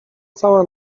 cała